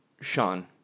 sean